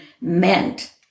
meant